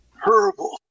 Horrible